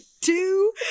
two